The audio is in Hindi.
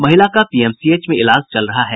महिला का पीएमसीएच में इलाज चल रहा है